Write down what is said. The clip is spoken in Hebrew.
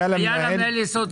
היה למנהל יסוד סביר להניח.